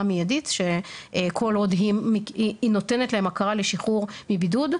מיידית שכל עוד היא נותנת להם הכרה לשחרור מבידוד,